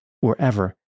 wherever